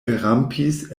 elrampis